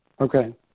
Okay